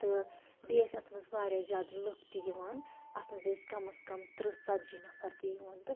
تہٕ بیٚیہِ ٲسۍ اَتھ منٛز وارِیاہ زیادٕ لوٗکھ تہِ یِوان اتھ منٛز ٲسۍ کَم از کَم تٕرٛہ ژتجی نفر تہِ یِوان تہٕ